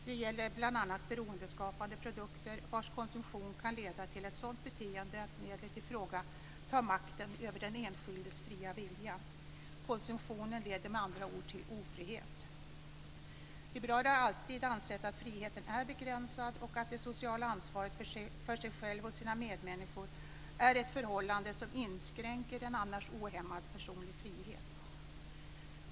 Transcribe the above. Det gäller bl.a. beroendeskapande produkter, vars konsumtion kan leda till ett sådant beroende att medlet ifråga tar makten över den enskildes fria vilja. Konsumtionen leder med andra ord till ofrihet. Liberaler har alltid ansett att friheten är begränsad och att det sociala ansvaret för sig själv och sina medmänniskor är ett förhållande som inskränker en annars ohämmad personlig frihet.